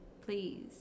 Please